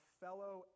fellow